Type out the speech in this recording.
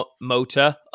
motor